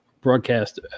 broadcast